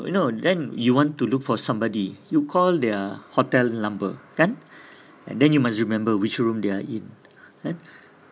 you know then you want to look for somebody you call their hotel number kan and then you must remember which room they are in kan